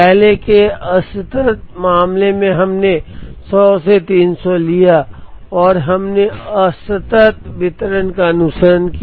पहले के असतत मामले में हमने 100 से 300 लिया और हमने असतत वितरण का अनुसरण किया